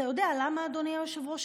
אתה יודע למה, אדוני היושב-ראש?